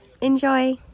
Enjoy